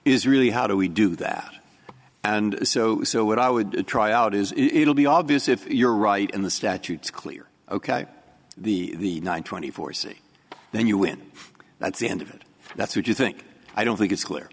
is really how do we do that and so so what i would try out is it will be obvious if you're right in the statutes clear ok the nine twenty four c then you win that's the end of it that's what you think i don't think it's clear